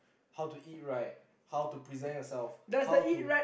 how to eat right how to present yourself how to